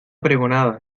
pregonada